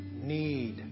need